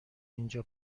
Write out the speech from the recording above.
اینجا